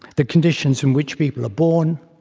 the conditions in which people are born,